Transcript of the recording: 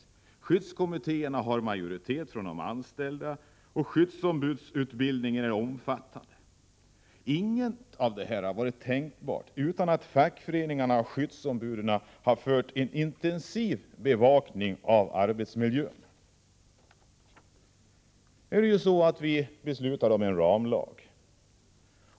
I skyddskommittéerna har de anställda majoritet. Skyddsombudens utbildning är omfattande. Inget av det här hade varit tänkbart utan fackföreningarnas och skyddsombudens intensiva bevakning av arbetsmiljön. Riksdagen har på detta område infört en ramlag.